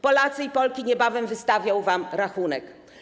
Polacy i Polki niebawem wystawią wam rachunek.